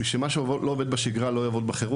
בגלל שמה שלא עובד בשגרה לא יעבוד בחירום.